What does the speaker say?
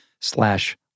slash